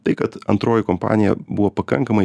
tai kad antroji kompanija buvo pakankamai